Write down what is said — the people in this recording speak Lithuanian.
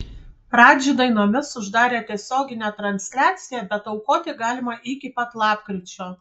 radži dainomis uždarė tiesioginę transliaciją bet aukoti galima iki pat lapkričio